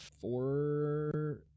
four